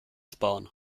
sparen